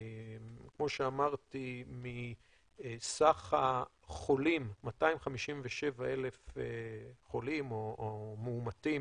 כמו שאמרתי, מסך החולים, 257,000 חולים או מאומתים